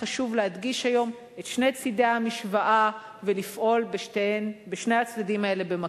חשוב להדגיש היום את שני צדי המשוואה ולפעול בשני הצדדים האלה במקביל.